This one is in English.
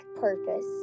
purpose